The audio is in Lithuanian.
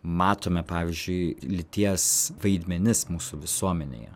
matome pavyzdžiui lyties vaidmenis mūsų visuomenėje